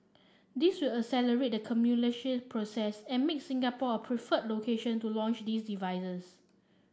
this will accelerate the commercialisation process and make Singapore a preferred location to launch these devices